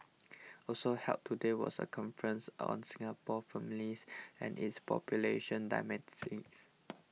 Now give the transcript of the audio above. also held today was a conference on Singapore families and its population